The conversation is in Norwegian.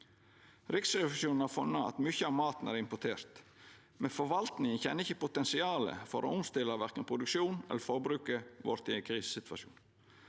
Riksrevisjonen har funne at mykje av maten er importert, men forvaltninga kjenner ikkje potensialet for å omstilla verken produksjonen eller forbruket vårt i ein krisesituasjon.